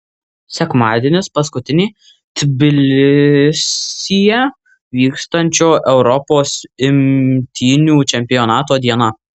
sekmadienis paskutinė tbilisyje vykstančio europos imtynių čempionato diena